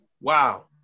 wow